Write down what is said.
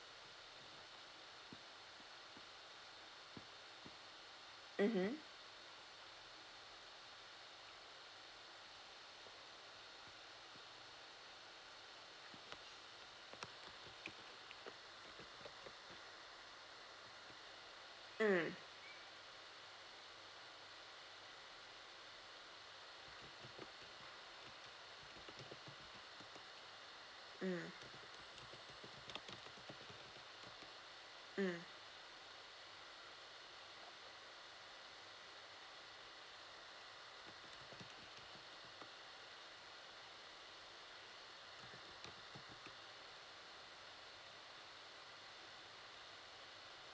mmhmm mm mm mm